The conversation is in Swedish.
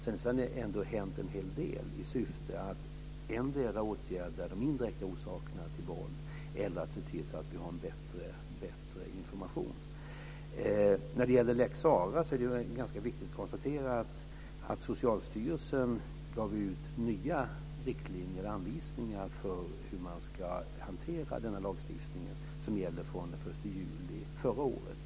Det har ändå hänt en hel del för att endera åtgärda de indirekta orsakerna till våld eller se till att vi har bättre information. När det gäller lex Sara är det ganska viktigt att konstatera att Socialstyrelsen gav ut nya riktlinjer, nya anvisningar, för hur man ska hantera denna lagstiftning som gäller från den 1 juli förra året.